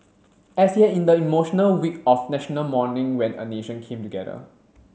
as he had in the emotional week of National Mourning when a nation came together